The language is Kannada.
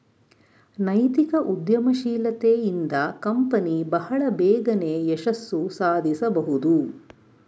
ನೈತಿಕ ಉದ್ಯಮಶೀಲತೆ ಇಂದ ಕಂಪನಿ ಬಹಳ ಬೇಗನೆ ಯಶಸ್ಸು ಸಾಧಿಸಬಹುದು